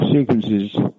sequences